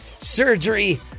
surgery